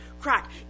crack